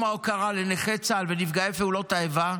ההוקרה לנכי צה"ל ונפגעי פעולות האיבה,